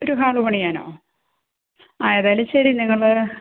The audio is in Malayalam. ഒരു ഹാള് പണിയാനോ ആ ഏതായാലും ശരി നിങ്ങൾ വരൂ